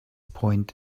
point